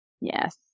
Yes